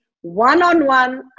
one-on-one